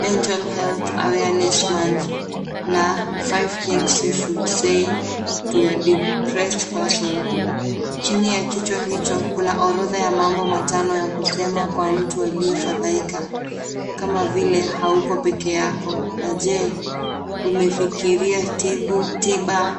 Mental Health Awareness Month na Five Things You Should Say To A Depressed Person . Chini ya kichwa hicho kuna orodha ya mambo matano ya kusema kwa mtu aliyefadhaika, kama vile hauko peke yako na je umefikiria tibaa.